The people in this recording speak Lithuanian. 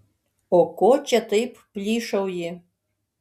o ko čia taip plyšauji